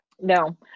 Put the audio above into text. no